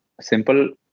simple